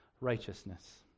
righteousness